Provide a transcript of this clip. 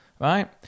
Right